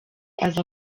aza